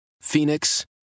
Phoenix